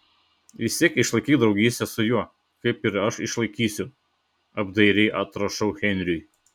vis tiek išlaikyk draugystę su juo kaip ir aš išlaikysiu apdairiai atrašau henriui